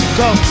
go